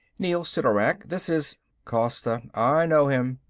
neel sidorak, this is costa. i know him.